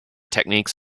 techniques